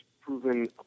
proven